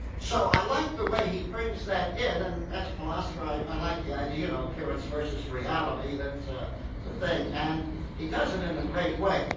so i like the way he brings that in, and as a philosopher, i i like the idea you know, appearance versus reality that's ah the thing, and he does it in a great way.